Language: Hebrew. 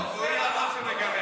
לא, והוא יהיה הרב שמגרש.